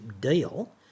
deal